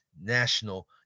national